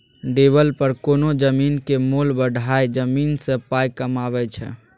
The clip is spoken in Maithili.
डेबलपर कोनो जमीनक मोल बढ़ाए जमीन सँ पाइ कमाबै छै